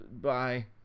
Bye